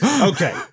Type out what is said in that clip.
Okay